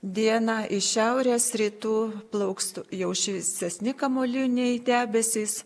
dieną iš šiaurės rytų plauks jau šviesesni kamuoliniai debesys